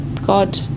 God